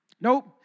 Nope